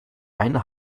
eine